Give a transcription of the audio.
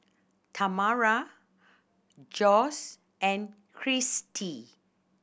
Tamara Josh and Kristie